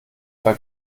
bei